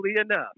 enough